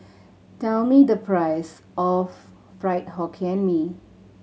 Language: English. tell me the price of Fried Hokkien Mee